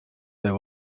their